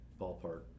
ballpark